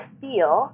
feel